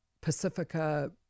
Pacifica